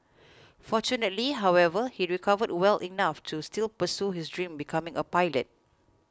fortunately however he recovered well enough to still pursue his dream becoming a pilot